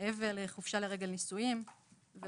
כמו אבל, חופשה לרגל נישואין ועוד.